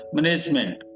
Management